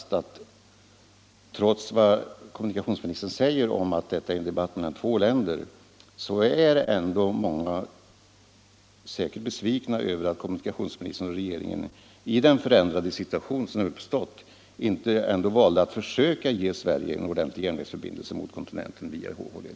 Trots vad kommunikationsministern säger om att detta är en debatt mellan två länder tror jag ändå att man kan slå fast att många säkerligen är besvikna över att kommunikationsministern och regeringen i den förändrade situation som uppstått inte valde att försöka ge Sverige en ordentlig järnvägsförbindelse mot kontinenten via HH-leden.